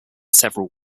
several